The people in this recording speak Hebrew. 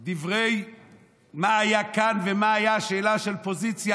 על דברי מה היה כאן ומה הייתה שאלה של פוזיציה,